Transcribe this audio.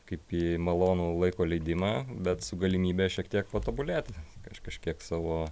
kaip į malonų laiko leidimą bet su galimybe šiek tiek patobulėti aš kažkiek savo